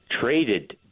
traded